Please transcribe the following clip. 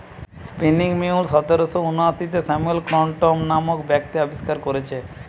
spinning mule সতেরশ ঊনআশিতে Samuel Crompton নামক ব্যক্তি আবিষ্কার কোরেছে